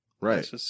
Right